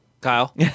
Kyle